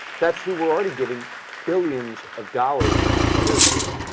that's who were already giving billions of dollars the year two